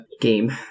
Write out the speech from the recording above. game